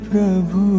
Prabhu